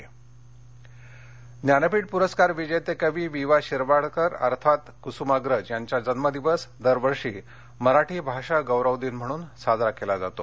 मराठी दिन ज्ञानपीठ पुरस्कार विजेते कवी वि वा शिरवाडकर अर्थात कुसुमाग्रज यांचा जन्मदिवस दरवर्षी मराठी भाषा गौरव दिन म्हणून साजरा केला जातो